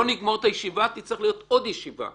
לא נגמור את הישיבה, תצטרך להיות עוד ישיבה.